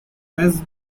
has